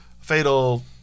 Fatal